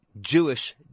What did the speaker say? Jewish